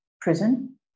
prison